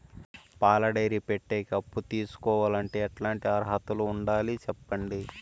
పాల డైరీ పెట్టేకి అప్పు తీసుకోవాలంటే ఎట్లాంటి అర్హతలు ఉండాలి సెప్పండి?